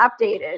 updated